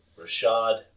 Rashad